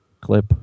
Clip